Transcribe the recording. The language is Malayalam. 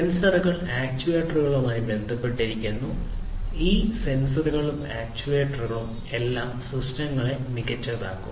സെൻസറുകൾ ആക്യുവേറ്ററുകളുമായി ബന്ധപ്പെട്ടിരിക്കുന്നു ഈ സെൻസറുകളും ആക്റ്റേറ്ററുകളും എല്ലാം ഈ സിസ്റ്റങ്ങളെ മികച്ചതാക്കും